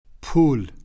Pool